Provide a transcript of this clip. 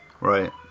Right